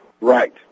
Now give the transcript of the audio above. Right